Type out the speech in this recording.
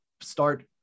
start